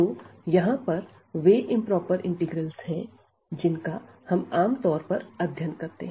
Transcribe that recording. तो यहां पर वे इंप्रोपर इंटीग्रल्स है जिनका हम आमतौर पर अध्ययन करते हैं